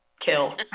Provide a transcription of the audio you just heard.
kill